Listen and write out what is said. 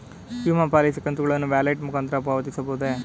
ವಿಮಾ ಪಾಲಿಸಿ ಕಂತುಗಳನ್ನು ವ್ಯಾಲೆಟ್ ಮುಖಾಂತರ ಪಾವತಿಸಬಹುದೇ?